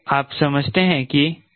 आप समझते हैं कि इसमें ज्यादा मांग है